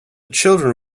children